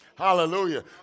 Hallelujah